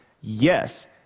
Yes